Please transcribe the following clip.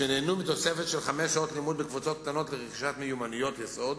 שנהנו מתוספת של חמש שעות לימוד בקבוצות קטנות לרכישת מיומנויות יסוד.